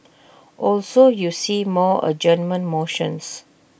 also you see more adjournment motions